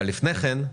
אבל לפני כן,